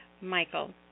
Michael